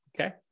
Okay